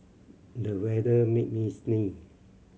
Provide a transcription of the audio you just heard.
the weather made me sneeze